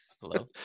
Hello